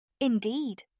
Indeed